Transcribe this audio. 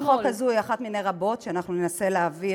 הצעת החוק הזאת היא אחת מני רבות שננסה להעביר